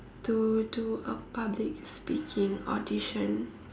to do a public speaking audition